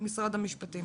משרד המשפטים,